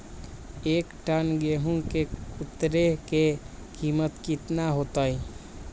एक टन गेंहू के उतरे के कीमत कितना होतई?